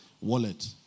wallet